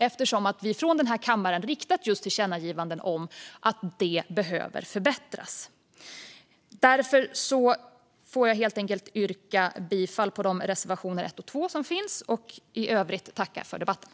Den här kammaren har ju riktat tillkännagivanden om att det behöver förbättras. Jag får helt enkelt yrka bifall till reservationerna 1 och 2.